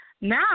Now